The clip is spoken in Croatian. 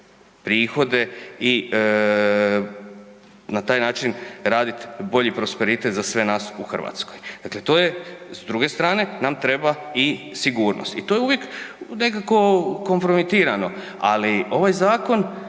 prihode i na taj način radi bolji prosperitet za sve nas u Hrvatskoj. Dakle, to je, s druge strane nam treba i sigurnost i to je uvijek nekako kompromitirano, ali ovaj zakon